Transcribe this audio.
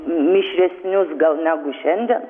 mišresnius gal negu šiandien